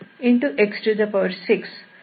2x6c17